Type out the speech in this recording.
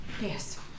Yes